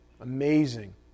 Amazing